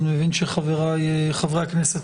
חברי הכנסת